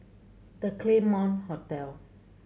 The Claremont Hotel